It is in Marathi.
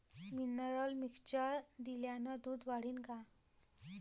मिनरल मिक्चर दिल्यानं दूध वाढीनं का?